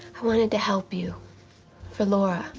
wanted to help you for laura.